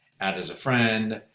add as a friend,